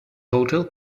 hotel